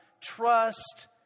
trust